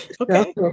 Okay